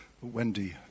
Wendy